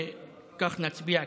וכך נצביע,